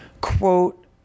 quote